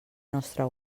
nostra